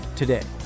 today